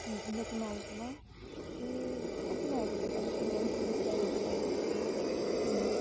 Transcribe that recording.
अन्त तिमीहरूकोमा ए तिमीहरूकोमा तअलिकति भए पनि सुबिस्तै रहेछ